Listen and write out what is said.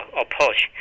approach